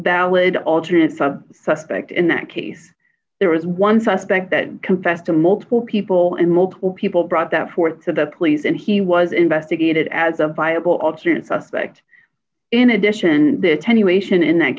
ballot alternate suspect in that case there was one suspect that confessed to multiple people and multiple people brought that forth to the police and he was investigated as a viable alternate suspect in addition